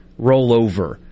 rollover